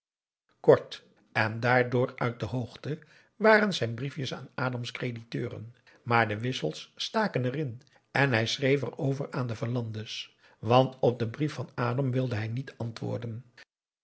kort en daardoor uit de hoogte waren zijn brief aum boe akar eel jes aan adam's crediteuren maar de wissels staken erin en hij schreef erover aan de verlande's want op den brief van adam wilde hij niet antwoorden